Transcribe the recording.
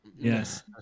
Yes